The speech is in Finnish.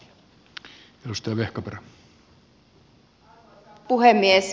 arvoisa puhemies